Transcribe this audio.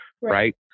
right